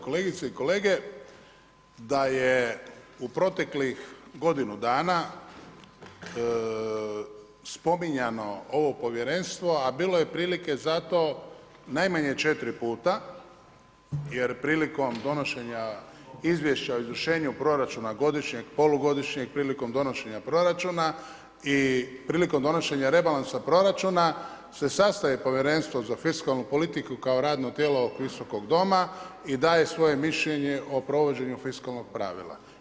Kolegice i kolege, da je u proteklih godinu dana spominjano ovo povjerenstvo a bilo je prilike za to najmanje 4 puta jer prilikom donošenja izvješća o izvršenju proračuna godišnjeg, polugodišnjeg, prilikom donošenja proračuna i prilikom donošenja rebalansa proračuna se sastaje Povjerenstvo za fiskalnu politiku kao radno tijelo Visokog doma i daje svoje mišljenje o provođenju fiskalnog pravila.